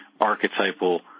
archetypal